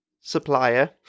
supplier